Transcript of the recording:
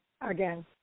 again